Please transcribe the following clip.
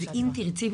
אם תרצי,